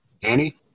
Danny